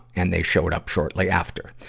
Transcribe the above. and they showed up shortly after.